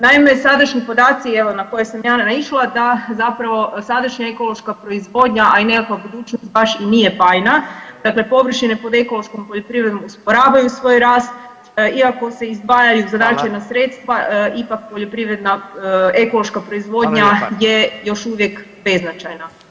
Naime sadašnji podaci evo na koje sam ja naišla da zapravo sadašnja ekološka proizvodnja, a i nekakva budućnost baš i nije bajna, dakle, površine pod ekološkom poljoprivredom usporavaju svoj rast iako se izdvajaju određena sredstva [[Upadica Radin: Hvala.]] ipak poljoprivreda ekološka proizvodnja [[Upadica Radin: Hvala lijepa.]] je još uvijek beznačajna.